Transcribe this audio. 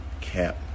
cap